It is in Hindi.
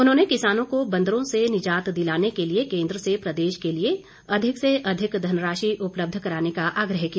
उन्होंने किसानों को बंदरों से निजात दिलाने के लिए केन्द्र से प्रदेश के लिए अधिक से अधिक धनराशि उपलब्ध कराने का आग्रह किया